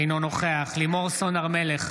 אינו נוכח לימור סון הר מלך,